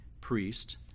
priest